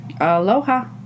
aloha